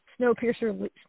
Snowpiercer